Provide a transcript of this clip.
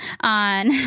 on